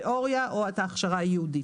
תיאוריה או את ההכשרה הייעודית.